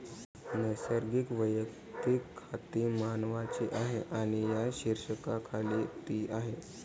नैसर्गिक वैयक्तिक खाती मानवांची आहेत आणि या शीर्षकाखाली ती आहेत